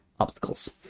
obstacles